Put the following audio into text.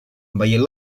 veient